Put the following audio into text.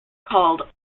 called